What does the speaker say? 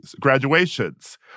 graduations